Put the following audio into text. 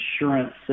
insurance